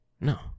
No